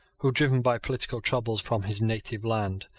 who, driven by political troubles from his native land,